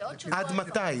עד מתי?